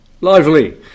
lively